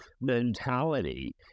mentality